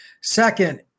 Second